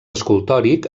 escultòric